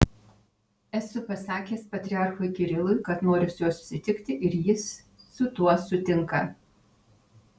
esu pasakęs patriarchui kirilui kad noriu su juo susitikti ir jis su tuo sutinka